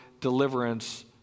deliverance